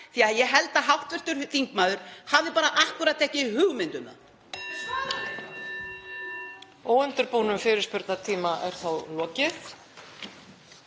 því að ég held að hv. þingmaður hafi bara akkúrat ekki hugmynd